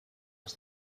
was